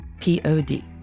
P-O-D